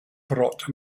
brought